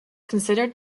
considered